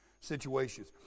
situations